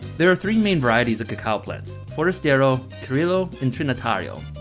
there are three main varieties of cacao plants. forastero, criollo and trinitario.